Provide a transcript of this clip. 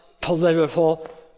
political